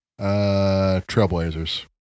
Trailblazers